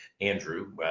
Andrew